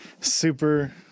super